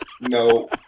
no